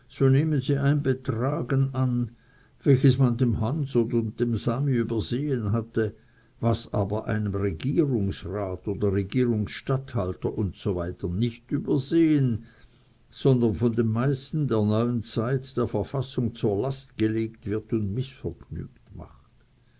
so nehmen sie ein betragen an welches man dem hans und dem sami übersehen hatte was aber einem regierungsrat oder regierungsstatthalter usw nicht übersehen sondern von den meisten der neuern zeit der verfassung zur last gelegt werde und mißvergnügt mache